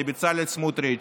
לבצלאל סמוטריץ',